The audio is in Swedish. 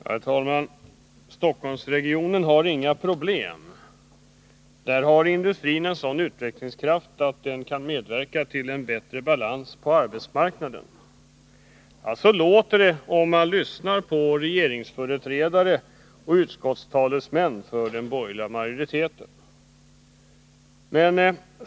Herr talman! Stockholmsregionen har inga problem. Där har industrin en sådan utvecklingskraft att den kan medverka till en bättre balans på arbetsmarknaden. Ja, så låter det om man lyssnar på regeringsföreträdare och talesmän för den borgerliga utskottsmajoriteten.